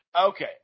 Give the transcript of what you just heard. Okay